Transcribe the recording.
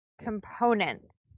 components